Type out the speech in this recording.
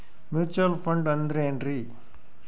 Mutual fund ಅಂದ್ರೆನ್ರಿ?